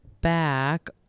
back